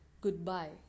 Goodbye